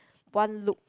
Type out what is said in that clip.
one look